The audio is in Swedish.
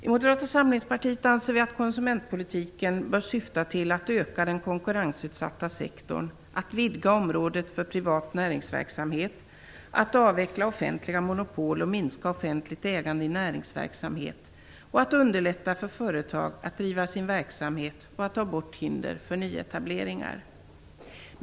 I Moderata samlingspartiet anser vi att konsumentpolitiken bör syfta till att öka den konkurrensutsatta sektorn, att vidga området för privat näringsverksamhet, att avveckla offentliga monopol och minska offentligt ägande i näringsverksamhet, att underlätta för företag att driva sin verksamhet och att ta bort hinder för nyetableringar.